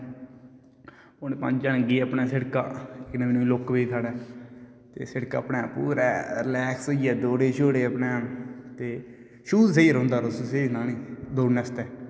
पौने पंज गे अपना शिड़का नमी नमी लुक पेई साढ़े ते शिड़क अपने पूरे रिलेक्स होइये दौड़े शौडे़ अपने ते शूज स्हेई रौंहदा तुसें गी स्हेई सनां नेई दौड़ने आस्तै